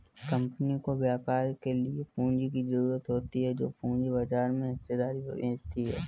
company को व्यापार के लिए पूंजी की ज़रूरत होती है जो पूंजी बाजार में हिस्सेदारी बेचती है